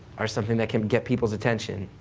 are something that can get people's attention.